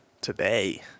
today